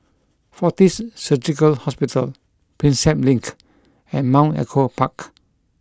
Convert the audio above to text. Fortis Surgical Hospital Prinsep Link and Mount Echo Park